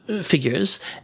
figures